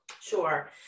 Sure